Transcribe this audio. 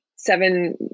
Seven